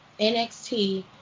NXT